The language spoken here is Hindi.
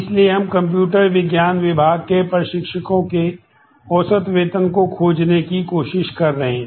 इसलिए हम कंप्यूटर विज्ञान विभाग के प्रशिक्षकों के औसत वेतन को खोजने की कोशिश कर रहे हैं